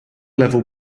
level